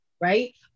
right